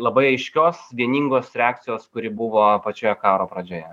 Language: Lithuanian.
labai aiškios vieningos reakcijos kuri buvo pačioje karo pradžioje